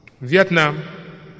Vietnam